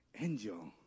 angel